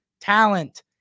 talent